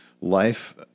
life